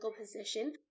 position